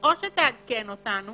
או שתעדכן אותנו